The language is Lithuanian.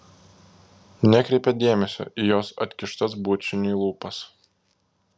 nekreipia dėmesio į jos atkištas bučiniui lūpas